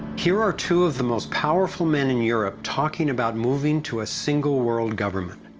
here are two of the most powerful men in europe talking about moving to a single world government.